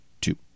two